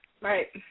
Right